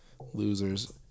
Losers